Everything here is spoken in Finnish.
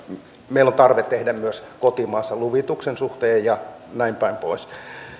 meillä on tarve tehdä myös kotimaassa luvituksen suhteen ja näin päin pois